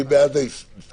מי בעד ההסתייגויות?